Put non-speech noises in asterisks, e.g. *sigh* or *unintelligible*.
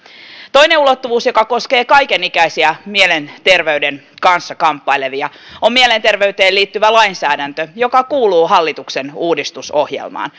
toinen ulottuvuus joka koskee kaikenikäisiä mielenterveyden kanssa kamppailevia on mielenterveyteen liittyvä lainsäädäntö joka kuuluu hallituksen uudistusohjelmaan *unintelligible*